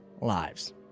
lives